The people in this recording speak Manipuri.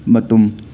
ꯃꯇꯨꯝ